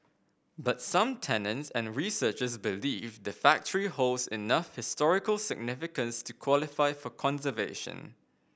but some tenants and researchers believe the factory holds enough historical significance to qualify for conservation